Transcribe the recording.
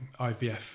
IVF